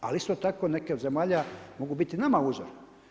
Ali isto tako neke od zemalja mogu biti nama uzor.